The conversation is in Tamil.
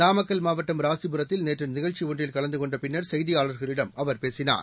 நாமக்கல் மாவட்டம் ராசிபுரத்தில் நேற்று நிகழ்ச்சி ஒன்றில் கலந்து கொண்ட பின்னர் செய்தியாளர்களிடம் அவர் பேசினார்